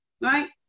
right